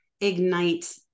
ignite